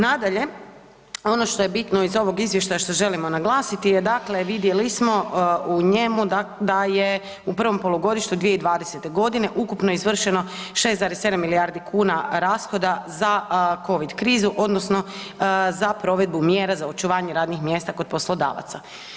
Nadalje, ono što je bitno iz ovog izvještaja što želimo naglasiti je dakle, vidjeli smo u njemu da je u prvom polugodištu 2020.g. ukupno izvršeno 6,7 milijardi kuna rashoda za covid krizu odnosno za provedbu mjera za očuvanje radnih mjesta kod poslodavaca.